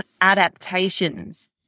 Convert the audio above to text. adaptations